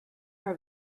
her